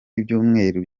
ibyumweru